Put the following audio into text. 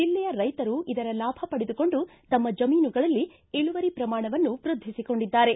ಜಿಲ್ಲೆಯ ರೈತರು ಇದರ ಲಾಭ ಪಡೆದುಕೊಂಡು ತಮ್ಮ ಜಮೀನುಗಳಲ್ಲಿ ಇಳುವರಿ ಪ್ರಮಾಣವನ್ನು ವೃದ್ಧಿಸಿಕೊಂಡಿದ್ದಾರೆ